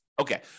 Okay